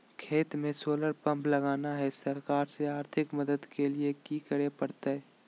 खेत में solar pump लगाना है, सरकार से आर्थिक मदद के लिए की करे परतय?